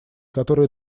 которые